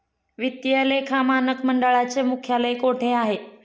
वित्तीय लेखा मानक मंडळाचे मुख्यालय कोठे आहे?